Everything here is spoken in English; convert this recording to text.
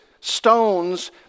stones